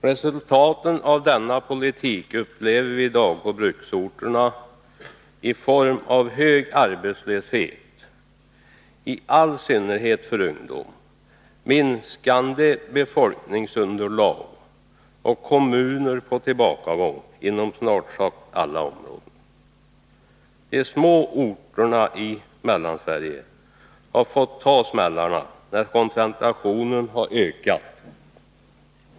Resultaten av denna politik upplever vi i dag på bruksorterna i form av hög arbetslöshet, i allsynnerhet för ungdomen, minskande befolkningsunderlag och kommuner på tillbakagång inom snart sagt alla områden. De små orterna i Mellansverige har fått ta smällarna när koncentrationen har ökat.